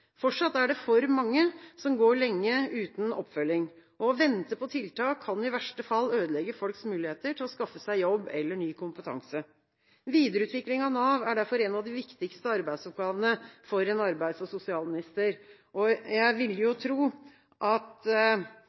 Fortsatt er det for mange som går lenge uten oppfølging, og det å vente på tiltak kan i verste fall ødelegge folks muligheter til å skaffe seg jobb eller ny kompetanse. Videreutvikling av Nav er derfor en av de viktigste arbeidsoppgavene for en arbeids- og sosialminister. Jeg ville jo tro at